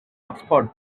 oxford